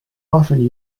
often